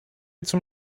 zum